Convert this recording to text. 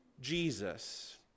Jesus